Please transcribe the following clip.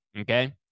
okay